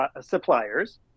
suppliers